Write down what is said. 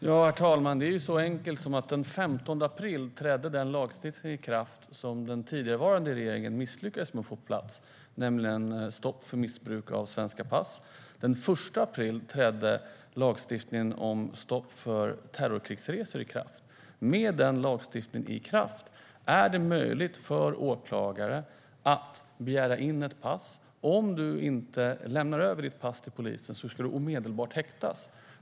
Herr talman! Det är ju så enkelt som att den 15 april trädde den lagstiftning i kraft som den tidigare regeringen misslyckades med att få på plats, nämligen att det blir stopp för missbruk av svenska pass. Den 1 april trädde lagstiftningen om stopp för terrorkrigsresor i kraft. Med den lagstiftningen i kraft är det möjligt för åklagare att begära in ett pass. Om man inte omedelbart lämnar över sitt pass till polisen ska man omedelbart häktas.